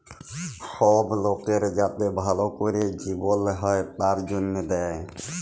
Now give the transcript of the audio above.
সব লকের যাতে ভাল ক্যরে জিবল হ্যয় তার জনহে দেয়